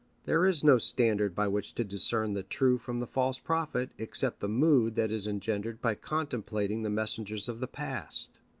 there is no standard by which to discern the true from the false prophet, except the mood that is engendered by contemplating the messengers of the past.